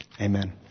Amen